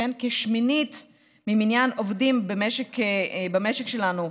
כשמינית ממניין העובדים במשק שלנו,